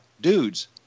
dudes